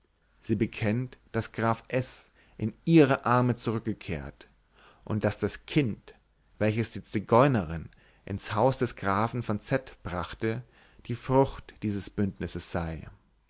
sie bekennt daß graf s in ihre arme zurückgekehrt und daß das kind welches die zigeunerin ins haus des grafen von z brachte die frucht dieses bündnisses sei